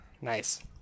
Nice